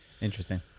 Interesting